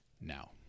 now